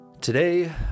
Today